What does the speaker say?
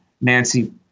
Nancy